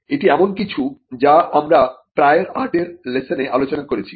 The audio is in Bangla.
এটি এমন কিছু যা আমরা প্রায়র আর্টের লেসনে আলোচনা করেছি